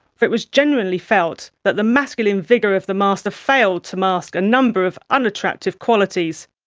for it was generally felt that the masculine vigour of the master failed to mask a number of unattractive qualities.